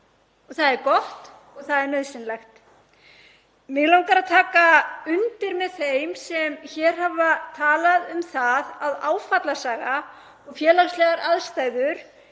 Það er gott og það er nauðsynlegt. Mig langar að taka undir með þeim sem hafa talað um það að áfallasaga og félagslegar aðstæður